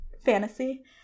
fantasy